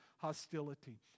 Hostility